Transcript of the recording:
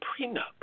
prenup